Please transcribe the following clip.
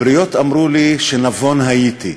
הבריות אמרו לי שנבון הייתי.